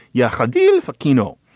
yeah. hardeen for kino.